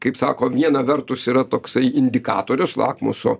kaip sako viena vertus yra toksai indikatorius lakmuso